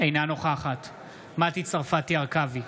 אינה נוכחת מטי צרפתי הרכבי,